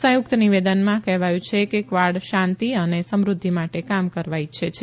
સંયુકત નિવેદનમાં કહેવાયું છે કે કવાડ શાંતી અને સમૃધ્ધિ માટે કામ કરવા ઇચ્છે છે